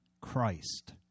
Christ